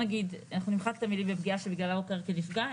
לזכות במענקים.